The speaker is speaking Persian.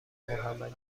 محمدی